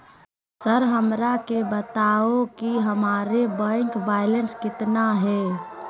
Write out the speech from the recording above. Sir हमरा के बताओ कि हमारे बैंक बैलेंस कितना है?